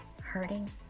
hurting